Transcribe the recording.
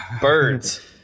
birds